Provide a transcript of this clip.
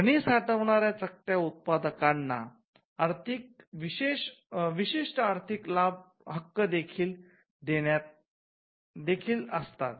ध्वनी साठवणाऱ्या चकत्या उत्पादकांना विशिष्ट आर्थिक हक्क देखील असतात